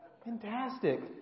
fantastic